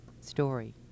story